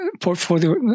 portfolio